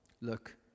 Look